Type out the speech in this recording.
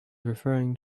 referring